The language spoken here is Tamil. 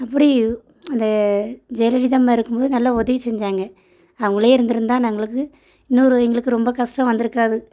அப்படி அந்த ஜெயலலிதாம்மா இருக்கும்போது நல்லா உதவி செஞ்சாங்க அவங்களே இருந்திருந்தா எங்களுக்கு இன்னொரு எங்களுக்கு ரொம்ப கஷ்டம் வந்திருக்காது